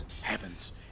Heavens